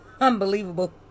Unbelievable